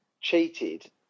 cheated